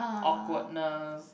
awkwardness